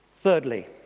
Thirdly